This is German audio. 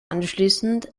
anschließend